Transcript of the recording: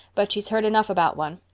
but she's heard enough about one.